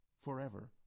forever